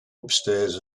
upstairs